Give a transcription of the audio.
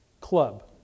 club